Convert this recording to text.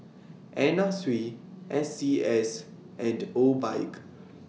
Anna Sui S C S and Obike